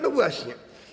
No właśnie.